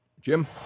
Jim